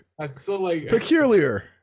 Peculiar